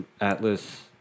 Atlas